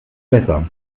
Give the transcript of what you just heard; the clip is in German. besser